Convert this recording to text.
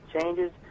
changes